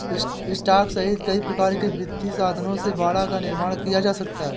stock सहित कई प्रकार के वित्तीय साधनों से बाड़ा का निर्माण किया जा सकता है